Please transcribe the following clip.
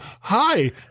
Hi